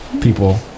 people